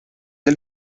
del